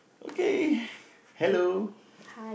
okay hello